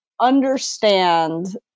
understand